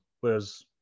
Whereas